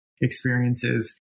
experiences